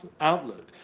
outlook